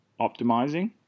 optimizing